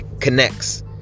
connects